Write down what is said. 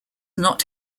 not